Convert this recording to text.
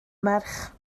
merch